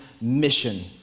mission